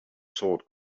sword